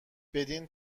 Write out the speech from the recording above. بدین